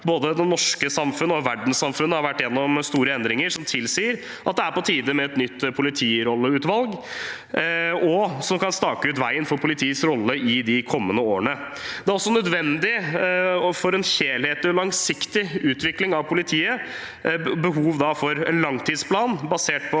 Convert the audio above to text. Både det norske samfunnet og verdenssamfunnet har vært gjennom store endringer som tilsier at det er på tide med et nytt politirolleutvalg som kan stake ut veien for politiets rolle i de kommende årene. Det er også nødvendig utfra behovet for en helhetlig og langsiktig utvikling av politiet at vi får en langtidsplan basert på